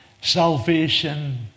Salvation